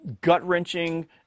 gut-wrenching